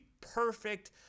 perfect